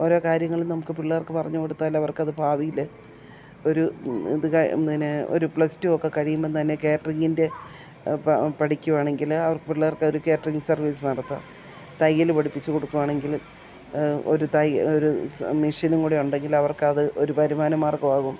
ഓരോ കാര്യങ്ങളും നമുക്ക് പിള്ളേർക്ക് പറഞ്ഞു കൊടുത്താൽ അവർക്കത് ഭാവിയിൽ ഒരു ഇത് പിന്നെ ഒരു പ്ലസ്ടു ഒക്കെ കഴിയുമ്പം തന്നെ കേറ്ററിങ്ങിൻ്റെ പഠിക്കുകയാണെങ്കിൽ അവർക്ക് പിള്ളേർക്ക് ഒരു കേറ്ററിംഗ് സർവ്വീസ് നടത്താം തയ്യൽ പഠിപ്പിച്ചു കൊടുക്കുകയാണെങ്കിൽ ഒരു ഒരു മെഷീനും കൂടി ഉണ്ടെങ്കിൽ അവർക്കത് ഒരു വരുമാന മാർഗ്ഗമാകും